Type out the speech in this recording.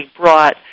brought